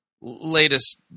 latest